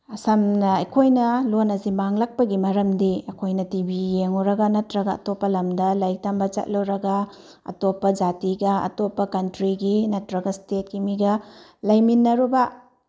ꯁꯝꯅ ꯑꯩꯈꯣꯏꯅ ꯂꯣꯟ ꯑꯁꯤ ꯃꯥꯡꯂꯛꯄꯒꯤ ꯃꯔꯝꯗꯤ ꯑꯩꯈꯣꯏꯅ ꯇꯤ ꯚꯤ ꯌꯦꯡꯉꯨꯔꯒ ꯅꯠꯇꯔꯒ ꯑꯇꯣꯞꯄ ꯂꯝꯗ ꯂꯥꯏꯔꯤꯛ ꯇꯝꯕ ꯆꯠꯂꯨꯔꯒ ꯑꯇꯣꯞꯄ ꯖꯥꯇꯤꯒ ꯑꯇꯣꯞꯄ ꯀꯟꯇ꯭ꯔꯤꯒꯤ ꯅꯠꯇꯔꯒ ꯏꯁꯇꯦꯠꯀꯤ ꯃꯤꯒ ꯂꯩꯃꯤꯟꯅꯔꯨꯕ